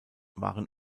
waren